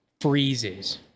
freezes